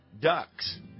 Ducks